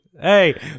hey